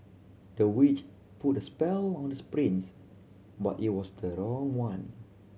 the witch put a spell on the prince but it was the wrong one